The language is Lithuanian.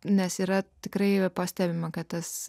nes yra tikrai yra pastebima kad tas